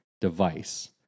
device